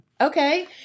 Okay